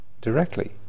directly